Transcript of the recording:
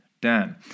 Dan